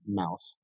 mouse